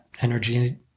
energy